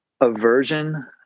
aversion